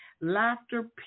laughter